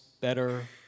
better